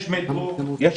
לא,